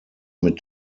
mit